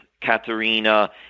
Katharina